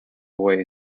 way